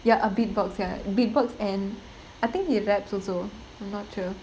ya ah beat box ya beat box and I think he raps also I'm not sure